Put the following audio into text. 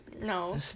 No